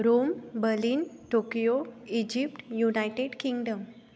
Rome Berlin Tokyo Egypt United Kingdom